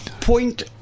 point